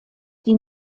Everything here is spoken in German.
die